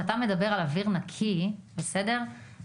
כשאתה מדבר על אוויר נקי ועל פליטה,